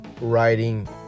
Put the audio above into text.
writing